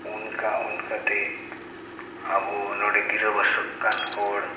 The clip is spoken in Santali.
ᱚᱱᱠᱟᱼᱚᱱᱠᱟᱛᱮ ᱟᱵᱚ ᱱᱚᱸᱰᱮ ᱜᱤᱨᱟᱹᱵᱟᱥᱚᱜ ᱠᱟᱱ ᱦᱚᱲ